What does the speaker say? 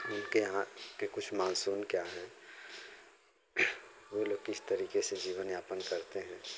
उनके यहाँ के कुछ मानसून क्या हैं वो लोग किस तरीके से जीवन यापन करते हैं